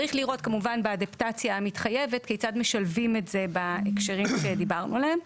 צריך לראות באדפטציה המתחייבת כיצד משלבים את זה בהקשרים שדיברנו עליהם.